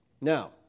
Now